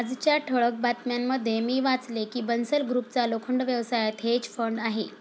आजच्या ठळक बातम्यांमध्ये मी वाचले की बन्सल ग्रुपचा लोखंड व्यवसायात हेज फंड आहे